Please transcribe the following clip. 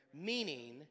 Meaning